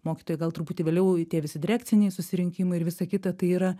mokytojai gal truputį vėliau tie visi direkciniai susirinkimai ir visa kita tai yra